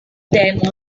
there